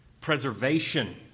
preservation